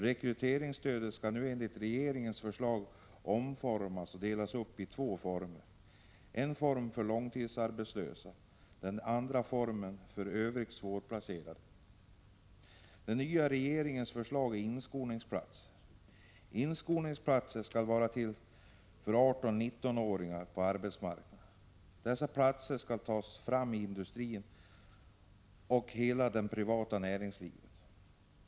Rekryteringsstödet skall nu enligt regeringens förslag göras om och delas upp i två former, en för långtidsarbetslösa och en för övrig svårplacerad arbetskraft. Det nya i regeringens proposition är förslaget till inskolningsplater. De skall vara till för 18-19-åringar, och platserna skall tas fram i industrin och hela det privata näringslivet.